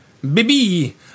Baby